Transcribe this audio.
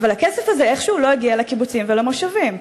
אבל הכסף הזה איכשהו לא הגיע לקיבוצים ולמושבים.